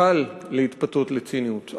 קל להתפתות לציניות.